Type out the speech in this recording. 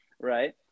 right